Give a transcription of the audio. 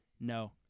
no